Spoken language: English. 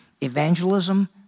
evangelism